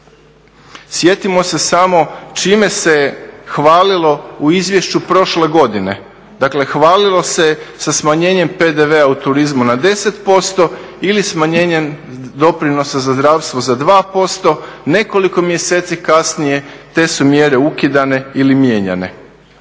Sjetimo se samo čime se je hvalilo u izvješću prošle godine, dakle hvalilo se sa smanjenjem PDV-a u turizmu na 10% ili smanjenjem doprinosa za zdravstvo za 2%. Nekoliko mjeseci kasnije te su mjere ukidane ili mijenjane.